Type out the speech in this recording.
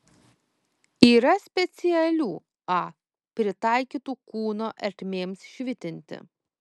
yra specialių a pritaikytų kūno ertmėms švitinti